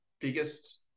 biggest